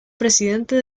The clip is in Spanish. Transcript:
presidente